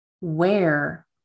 Where